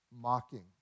mocking